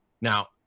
Now